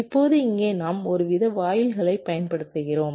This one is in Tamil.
இப்போது இங்கே நாம் ஒருவித வாயில்களைப் பயன்படுத்துகிறோம்